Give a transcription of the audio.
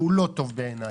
שהיא לא טובה בעיניי,